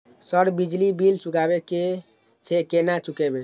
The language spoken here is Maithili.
सर बिजली बील चुकाबे की छे केना चुकेबे?